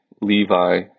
Levi